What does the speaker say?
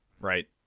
Right